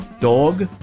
dog